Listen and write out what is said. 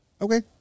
Okay